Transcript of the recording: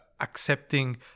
accepting